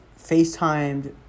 Facetimed